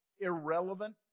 irrelevant